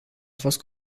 fost